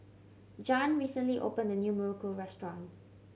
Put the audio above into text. Jan recently opened a new muruku restaurant